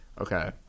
okay